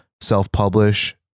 self-publish